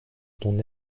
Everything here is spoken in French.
ton